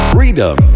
Freedom